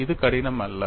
இது கடினம் அல்ல